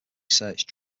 search